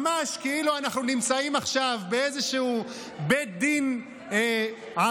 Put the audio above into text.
ממש כאילו אנחנו נמצאים עכשיו באיזשהו בית דין ערטילאי,